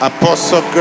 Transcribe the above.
Apostle